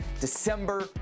December